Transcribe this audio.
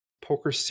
poker